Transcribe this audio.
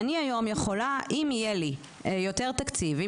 אם יהיה לי יותר תקציב,